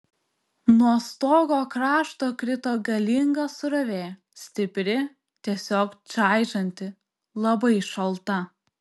nuo stogo krašto krito galinga srovė stipri tiesiog čaižanti labai šalta